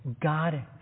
God